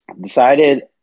Decided